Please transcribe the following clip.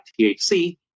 THC